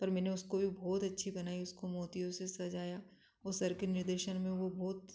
पर मैंने उसको भी बहुत अच्छी बनाई उसको मोतियों से सजाया वो सर के निर्देशन में वो बहुत